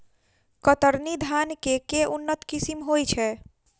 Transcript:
कतरनी धान केँ के उन्नत किसिम होइ छैय?